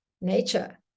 nature